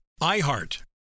IHEART